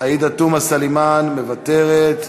עאידה תומא סלימאן, מוותרת,